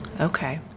Okay